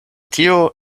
tio